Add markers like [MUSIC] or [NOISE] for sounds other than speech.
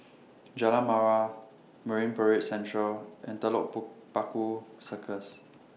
Jalan Mawar Marine Parade Central and Telok [UNINTELLIGIBLE] Paku Circus